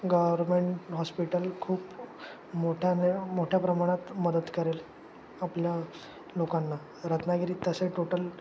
government hospital खूप मोठ्याने मोठ्या प्रमाणात मदत करेल आपल्या लोकांना रत्नागिरीत तसे टोटल